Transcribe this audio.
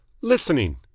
Listening